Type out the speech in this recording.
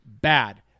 bad